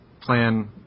plan